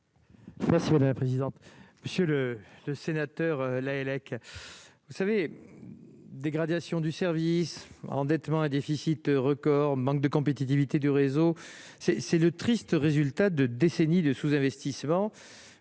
Moi si voulez la présidente, monsieur le sénateur Lahellec. Vous savez, dégradation du service endettement un déficit record, manque de compétitivité du réseau c'est c'est le triste résultat de décennies de sous-investissement